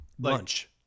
lunch